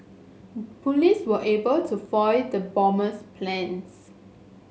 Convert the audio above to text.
police were able to foil the bomber's plans